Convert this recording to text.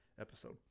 episode